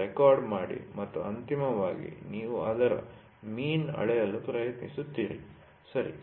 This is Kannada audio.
ರೆಕಾರ್ಡ್ ಮಾಡಿ ಮತ್ತು ಅಂತಿಮವಾಗಿ ನೀವು ಅದರ ಮೀನ್ ಅಳೆಯಲು ಪ್ರಯತ್ನಿಸುತ್ತೀರಿ ಸರಿ